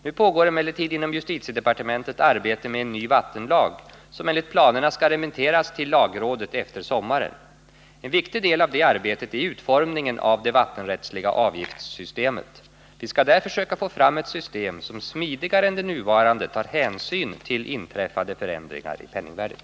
Nu pågår emellertid inom justitiedepartementet arbete med en ny vattenlag, som enligt planerna skall remitteras till lagrådet efter sommaren. En viktig del av det arbetet är utformningen av det vattenrättsliga avgiftssystemet. Vi skall där fö: söka få fram ett system som smidigare än det nuvarande tar hänsyn till inträffade förändringar i penningvärdet.